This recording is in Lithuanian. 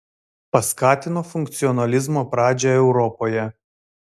paskatino funkcionalizmo pradžią europoje